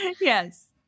Yes